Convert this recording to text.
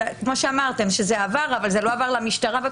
כמו שאמרתם שזה עבר אבל זה לא עבר למשטרה.